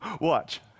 Watch